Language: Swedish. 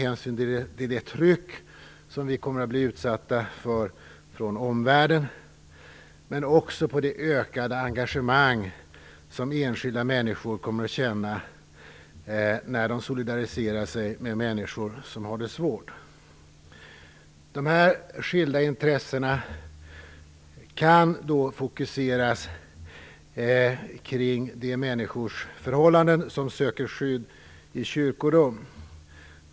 Detta med hänsyn till det tryck från omvärlden vi kommer att bli utsatta för, men också till det ökade engagemang som enskilda människor kommer att känna när de solidariserar sig med människor som har det svårt. Dessa skilda intressen kan fokuseras kring de människor som söker skydd i kyrkorum och deras förhållanden.